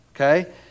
Okay